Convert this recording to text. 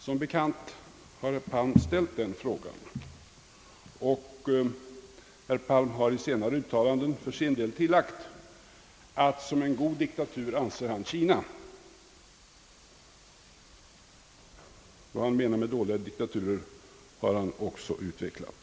Som bekant har herr Palm ställt den frågan, och herr Palm har i senare uttalanden för sin del tillagt att som en god diktatur anser han Kina — vad han menar med dåliga diktaturer har han också utvecklat.